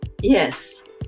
yes